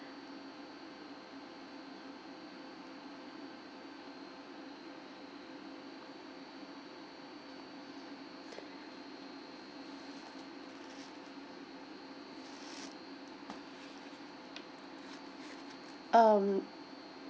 um